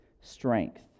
strength